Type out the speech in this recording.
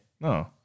No